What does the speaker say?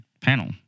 panel